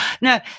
No